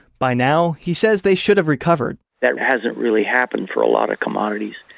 by now, he says, they should have recovered that hasn't really happened for a lot of commodities,